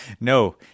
no